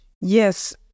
Yes